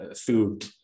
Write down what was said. food